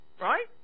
right